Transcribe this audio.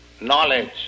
knowledge